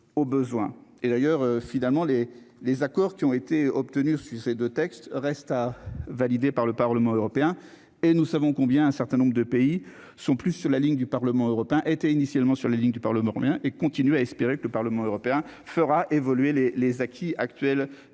et d'ailleurs finalement les les accords qui ont été obtenus sur ces 2 textes reste à valider par le Parlement européen et nous savons combien un certain nombre de pays sont plus sur la ligne du Parlement européen, était initialement sur les lignes du Parlement bien et continuer à espérer que le Parlement européen fera évoluer les les acquis actuels